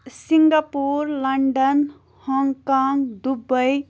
Singapore London Hong Kong Dubai